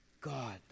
God